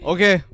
Okay